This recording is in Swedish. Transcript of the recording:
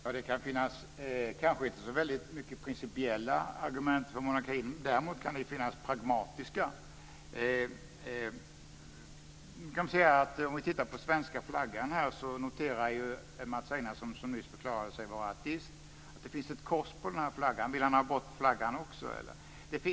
Fru talman! Det finns kanske inte så väldigt många principiella argument. Däremot kan det finnas pragmatiska sådana. Vad gäller svenska flaggan kan Mats Einarsson, som nyss förklarade sig vara ateist, notera att det finns ett kors på den. Vill han ha bort flaggan också?